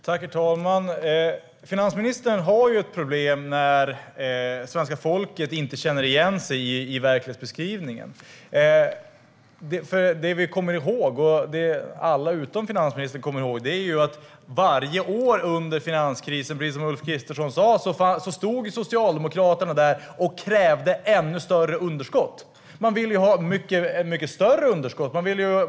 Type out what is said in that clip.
Herr talman! Finansministern har ett problem när svenska folket inte känner igen sig i verklighetsbeskrivningen. Det alla utom finansministern kommer ihåg är att varje år under finanskrisen - precis som Ulf Kristersson sa - stod Socialdemokraterna där och krävde ännu större underskott. Man ville ha ett mycket större underskott.